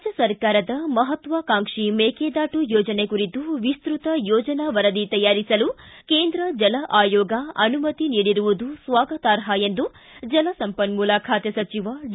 ರಾಜ್ಯ ಸರ್ಕಾರದ ಮಪತ್ವಾಕಾಂಕ್ಷಿ ಮೇಕೆದಾಟು ಯೋಜನೆ ಕುರಿತು ವಿಸ್ನಕ ಯೋಜನಾ ವರದಿ ತಯಾರಿಸಲು ಕೇಂದ್ರ ಜಲ ಆಯೋಗ ಅನುಮತಿ ನೀಡಿರುವುದು ಸ್ವಾಗತಾರ್ಪ ಎಂದು ಜಲ ಸಂಪನ್ಮೂಲ ಖಾತೆ ಸಚಿವ ಡಿ